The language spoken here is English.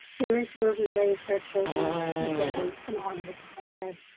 here is where we raised our children and buried and honored our dead.